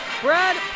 Brad